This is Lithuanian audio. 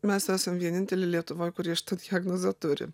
mes esam vieninteliai lietuvoj kurie šitą diagnizę turi